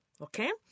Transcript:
Okay